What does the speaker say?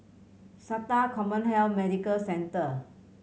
SATA CommHealth Medical Centre